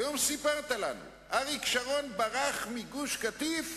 היום סיפרת לנו: אריק שרון ברח מגוש-קטיף,